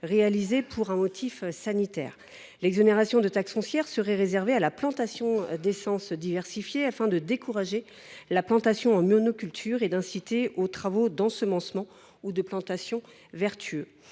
réalisées pour un motif sanitaire. En outre, l’exonération de taxe foncière serait réservée à la plantation d’essences diversifiées afin de décourager la monoculture et d’inciter aux travaux d’ensemencement ou de plantation vertueux.